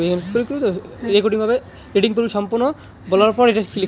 UPI ID দিয়ে payment করলে কি চার্জ নেয়া হয়?